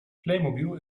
playmobil